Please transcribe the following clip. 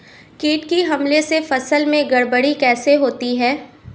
कीट के हमले से फसल में गड़बड़ी कैसे होती है?